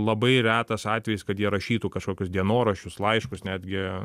labai retas atvejis kad jie rašytų kažkokius dienoraščius laiškus netgi